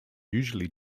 usually